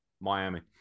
Miami